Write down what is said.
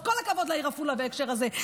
אז כל הכבוד לעיר עפולה בהקשר הזה.